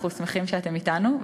ואנחנו שמחים שאתם אתנו,